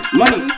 money